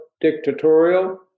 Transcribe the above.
dictatorial